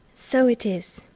so it is.